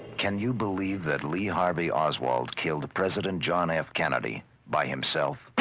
can you believe that lee harvey oswald killed present john f kennedy by himself?